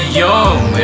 young